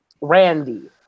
Randy